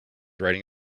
riding